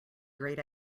great